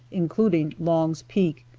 including long's peak.